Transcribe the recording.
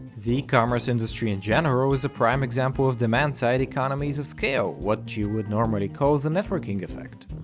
the e-commerce industry in general is a prime example of demand-side economies of scale, what you would normally call the network effect.